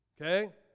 Okay